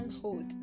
hold